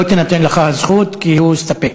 לא תינתן לך הזכות כי הוא הסתפק.